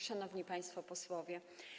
Szanowni Państwo Posłowie!